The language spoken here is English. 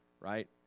right